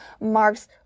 marks